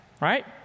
right